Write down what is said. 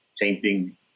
tainting